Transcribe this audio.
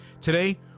today